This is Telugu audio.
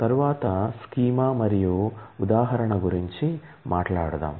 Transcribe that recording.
తరువాత స్కీమా మరియు ఉదాహరణ గురించి మాట్లాడుదాం